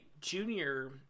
Junior